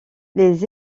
les